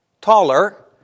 taller